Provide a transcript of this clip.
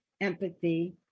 empathy